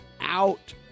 out